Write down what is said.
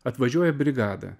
atvažiuoja brigada